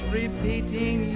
repeating